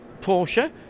Porsche